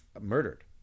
murdered